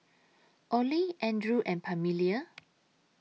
Oley Andrew and Pamelia